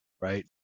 right